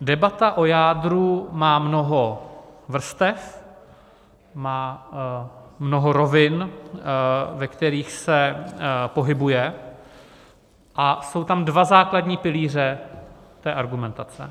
Debata o jádru má mnoho vrstev, má mnoho rovin, ve kterých se pohybuje, a jsou tam dva základní pilíře argumentace.